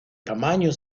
tamaño